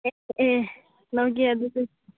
ꯑꯦ ꯑꯦ ꯂꯧꯒꯦ ꯑꯗꯨꯗꯨ